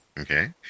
okay